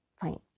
Fine